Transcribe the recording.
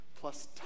plus